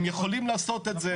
הם יכולים לעשות את זה,